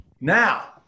now